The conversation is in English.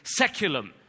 seculum